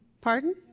Pardon